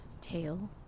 tail